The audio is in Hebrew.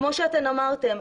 כפי שאמרתן,